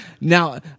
Now